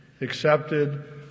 accepted